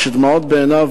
כשדמעות בעיניו,